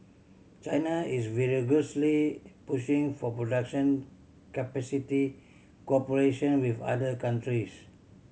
China is vigorously pushing for production capacity cooperation with other countries